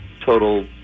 total